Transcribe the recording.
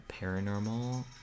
paranormal